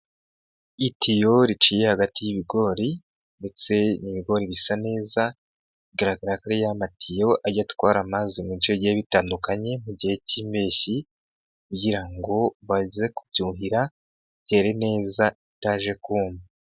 Itiyo riciye hagati y'ibigori ndetse ibigori bisa neza bigaragara ko ari ya matiyo atwarara amazi mu nshe zigiye bitandukanye mu gihe k'impeshyi kugira ngo baze kubyuhira byere neza bitaje kuma.